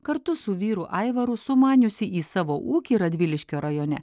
kartu su vyru aivaru sumaniusi į savo ūkį radviliškio rajone